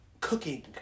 cooking